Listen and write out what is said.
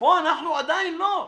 - פה אנחנו עדיין לא.